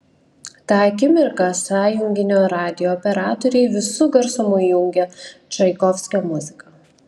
tą akimirką sąjunginio radijo operatoriai visu garsumu įjungė čaikovskio muziką